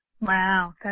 Wow